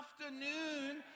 afternoon